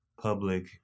public